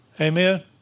Amen